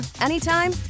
anytime